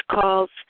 calls